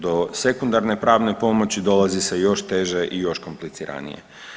Do sekundarne pravne pomoći dolazi se još teže i još kompliciranije.